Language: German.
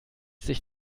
sich